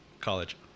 college